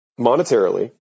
monetarily